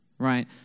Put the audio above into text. Right